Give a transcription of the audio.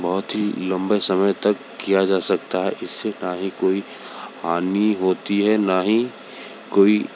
बहुत ही लंबे समय तक किया जा सकता है इस से ना ही कोई हानि होती है ना ही कोई